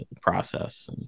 process